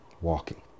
walking